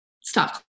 stop